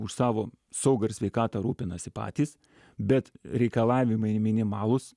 už savo saugą ir sveikatą rūpinasi patys bet reikalavimai minimalūs